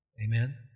Amen